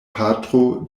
patro